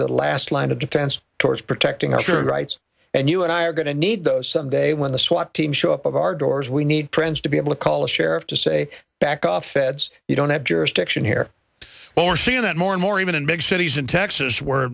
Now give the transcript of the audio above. the last line of defense towards protecting our rights and you and i are going to need those someday when the swat team show up of our doors we need trans to be able to call the sheriff to say back off feds you don't have jurisdiction here well we're seeing that more and more even in big cities in texas were